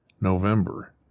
November